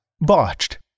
Botched